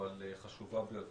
אבל היא ועדה חשובה ביותר.